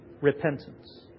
repentance